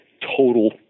total